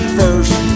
first